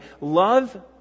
love